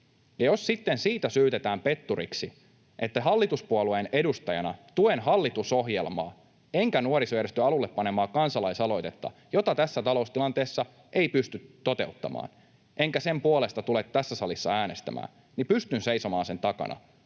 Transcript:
jos sitten siitä syytetään petturiksi, että hallituspuolueen edustajana tuen hallitusohjelmaa enkä nuorisojärjestön alulle panemaa kansalaisaloitetta, jota tässä taloustilanteessa ei pysty toteuttamaan, enkä sen puolesta tule tässä salissa äänestämään, niin pystyn seisomaan sen takana,